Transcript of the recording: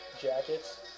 jackets